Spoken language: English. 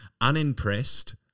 unimpressed